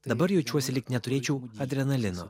dabar jaučiuosi lyg neturėčiau adrenalino